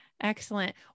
Excellent